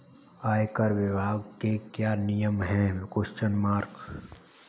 आयकर विभाग के क्या नियम हैं?